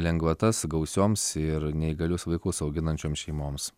lengvatas gausioms ir neįgalius vaikus auginančioms šeimoms